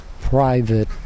private